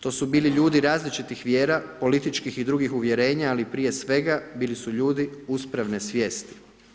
To su bili ljudi različitih vjera, političkih i drugih uvjerenja, ali prije svega, bili su ljudi uspravne svijesti.